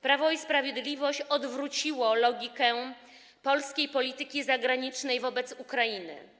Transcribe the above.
Prawo i Sprawiedliwość odwróciło logikę polskiej polityki zagranicznej wobec Ukrainy.